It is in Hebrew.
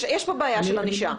יש פה בעיה של ענישה.